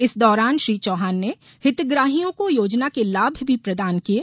इस दौरान श्री चौहान ने हितग्राहियों को योजना के लाभ भी प्रदान किये